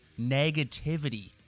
negativity